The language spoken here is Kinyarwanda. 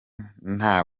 nta